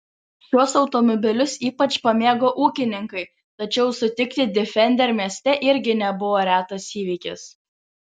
šiuos automobilius ypač pamėgo ūkininkai tačiau sutikti defender mieste irgi nebuvo retas įvykis